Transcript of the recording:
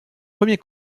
premier